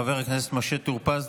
חבר הכנסת משה טור פז,